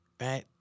right